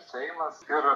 seimas ir